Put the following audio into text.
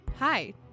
Hi